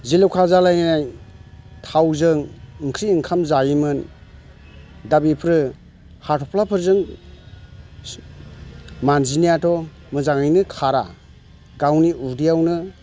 जिल'खा जालायनाय थावजों ओंख्रि ओंखाम जायोमोन दा बेफोरो हाथ'फ्लाफोरजों मानजिनायाथ' मोजाङैनो खारा गावनि उदैयावनो